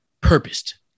purposed